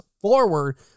forward